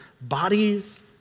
bodies